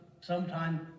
sometime